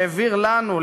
שהעביר לנו,